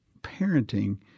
parenting